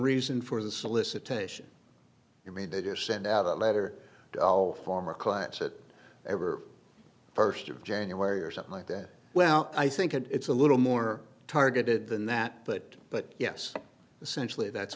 reason for the solicitation i mean they just send out a letter to all former clients it ever first of january or something like that well i think it's a little more targeted than that but but yes